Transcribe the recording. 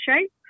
shape